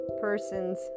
persons